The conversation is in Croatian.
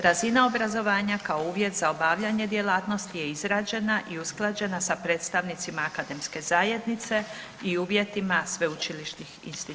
Razina obrazovanja kao uvjet za obavljanje djelatnosti je izrađena i usklađena sa predstavnicima akademske zajednice i uvjetima sveučilišnih institucija.